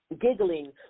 Giggling